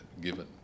given